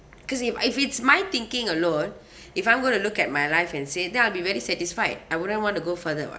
cause if ah if it's my thinking alone if I'm going to look at my life and say then I'll be very satisfied I wouldn't want to go further [what]